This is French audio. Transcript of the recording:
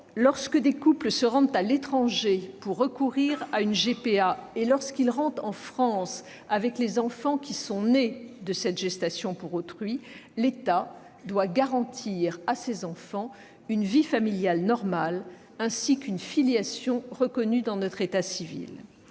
lorsque des couples se rendent à l'étranger pour recourir à une GPA et qu'ils rentrent en France avec les enfants nés de cette gestation pour autrui, l'État doit garantir à ces enfants une vie familiale normale, ainsi qu'une filiation reconnue dans notre état civil.